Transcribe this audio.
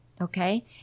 okay